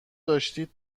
داشتید